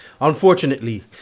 unfortunately